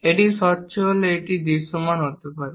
এটি স্বচ্ছ হলে এটি দৃশ্যমান হতে পারে